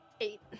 Eight